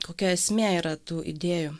kokia esmė yra tų idėjų